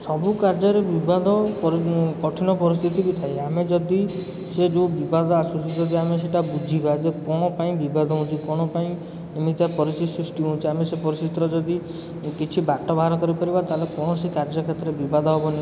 ସବୁ କାର୍ଯ୍ୟରେ ବିବାଦ କଠିନ ପରିସ୍ଥିତି ବି ଥାଏ ଆମେ ଯଦି ସେ ଯେଉଁ ବିବାଦ ଆସୁଛି ଯଦି ଆମେ ସେଇଟା ବୁଝିବା ଯେ କ'ଣ ପାଇଁ ବିବାଦ ହେଉଛି କ'ଣ ପାଇଁ ଏମିତିଆ ପରିସ୍ଥିତି ସୃଷ୍ଟି ହେଉଛି ଆମେ ସେ ପରିସ୍ଥିତିରେ ଯଦି କିଛି ବାଟ ବାହାର କରିପାରିବା ତାହେଲେ କୌଣସି କାର୍ଯ୍ୟ କ୍ଷେତ୍ରରେ ବିବାଦ ହେବନି